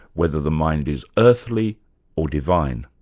whether the mind is earthly or divine.